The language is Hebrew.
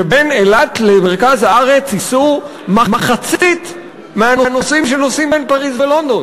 שבין אילת למרכז הארץ ייסעו מחצית מהנוסעים שנוסעים בין פריז ולונדון.